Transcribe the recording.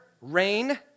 rain